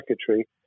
secretary